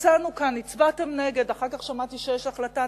הצענו כאן, הצבעתם נגד, אחר כך שמעתי שיש החלטה.